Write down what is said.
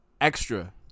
Extra